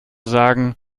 sagen